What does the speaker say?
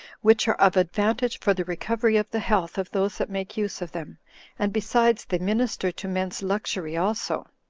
which are of advantage for the recovery of the health of those that make use of them and, besides, they minister to men's luxury also.